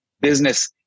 business